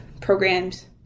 programs